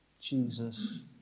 Jesus